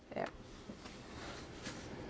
ya